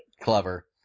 Clever